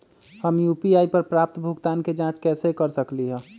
हम यू.पी.आई पर प्राप्त भुगतान के जाँच कैसे कर सकली ह?